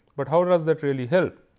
but how does that really help,